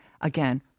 again